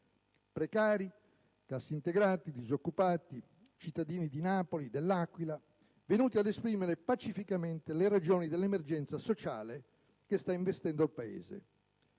precari, cassintegrati, disoccupati, cittadini di Napoli e dell'Aquila venuti ad esprimere pacificamente le ragioni dell'emergenza sociale che sta investendo il Paese.